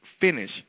finish